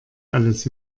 alles